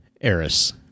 Eris